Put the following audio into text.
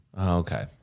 Okay